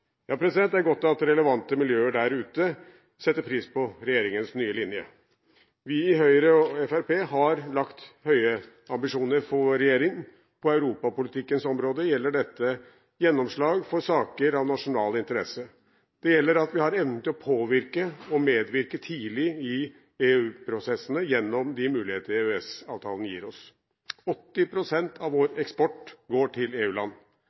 Det er godt at relevante miljøer der ute setter pris på regjeringens nye linje. Vi i Høyre og Fremskrittspartiet har lagt høye ambisjoner for vår regjering. På europapolitikkens område gjelder dette gjennomslag for saker av nasjonal interesse. Det gjelder at vi har evnen til å påvirke og medvirke tidlig i EU-prosessene gjennom de muligheter EØS-avtalen gir oss. 80 pst. av vår eksport går til